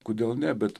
kodėl ne bet